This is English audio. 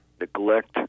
neglect